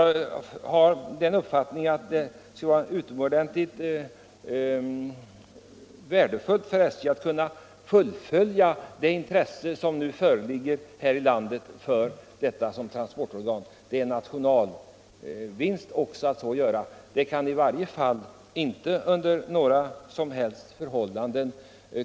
Det måste vara värdefullt för SJ att kunna motsvara det intresse som nu visas järnvägarna som transportmedel. Däri ligger också en vinst för hela nationen.